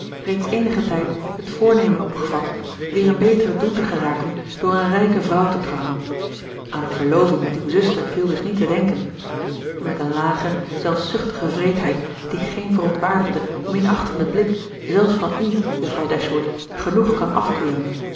reeds eenigen tijd het voornemen opgevat weer in beteren doen te geraken door een rijke vrouw te trouwen aan eene verloving met uwe zuster viel dus niet te denken en met een lage zelfzuchtige wreedheid die geen verontwaardigde minachtende blik zelfs van u juffrouw dashwood genoeg kan afkeuren